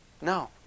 No